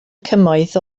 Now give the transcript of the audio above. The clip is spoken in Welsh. cymoedd